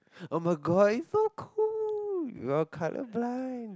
oh-my-god it is so cool you are color blind